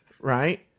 right